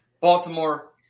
Baltimore